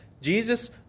Jesus